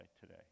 today